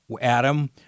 Adam